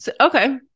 okay